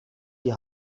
die